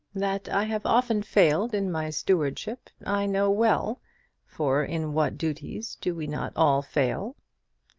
that i have often failed in my stewardship i know well for in what duties do we not all fail?